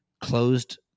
closed